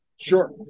Sure